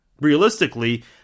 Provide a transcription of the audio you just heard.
realistically